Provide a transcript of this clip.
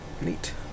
Neat